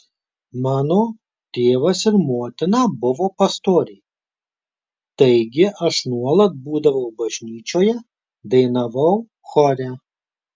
mano tėvas ir motina buvo pastoriai taigi aš nuolat būdavau bažnyčioje dainavau chore